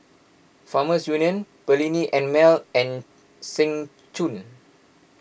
Farmers Union Perllini and Mel and Seng Choon